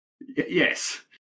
Yes